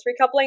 recoupling